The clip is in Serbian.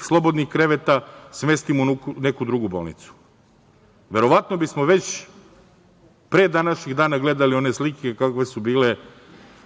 slobodnih kreveta, smestimo u neku drugu bolnicu, verovatno bismo već pre današnjeg dana gledali one slike kakve su bile